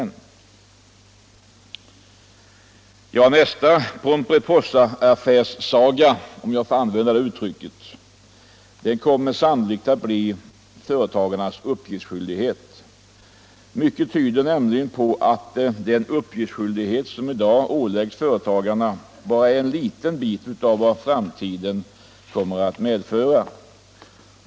Nästa ”Pomperipossaaffärssaga”, om jag får använda det uttrycket, kommer sannolikt att bli företagarnas uppgiftsskyldighet. Mycket tyder nämligen på att den uppgiftsskyldighet som i dag åläggs företagarna bara är en liten bit av vad framtiden kommer att medföra.